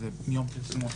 זה מיום פרסומו.